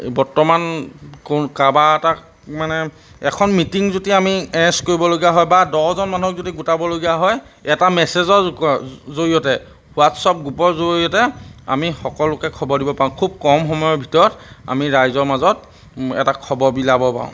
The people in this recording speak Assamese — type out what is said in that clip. বৰ্তমান কোন কাৰোবাৰ এটাক মানে এখন মিটিং যদি আমি এৰেঞ্জ কৰিবলগীয়া হয় বা দহজন মানুহক যদি গোটাবলগীয়া হয় এটা মেছেজৰ ক জৰিয়তে হোৱাটছআপ গ্ৰুপৰ জৰিয়তে আমি সকলোকে খবৰ দিব পাৰোঁ খুব কম সময়ৰ ভিতৰত আমি ৰাইজৰ মাজত এটা খবৰ বিলাব পাৰোঁ